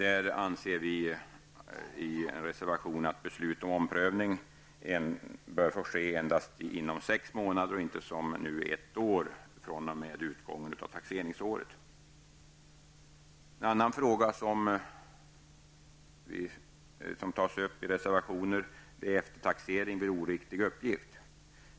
Vi anser i en motion att beslut om omprövning bör få ske endast inom sex månader, och inte som nu inom ett år, fr.o.m. En annan fråga som tas upp i reservationer är eftertaxering vid oriktig uppgift.